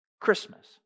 Christmas